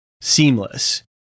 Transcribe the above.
seamless